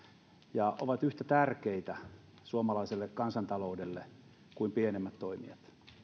ja ovat yhtä tärkeitä suomalaiselle kansantaloudelle kuin pienemmät toimijat